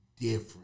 different